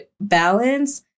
balance